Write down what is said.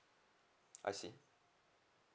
I see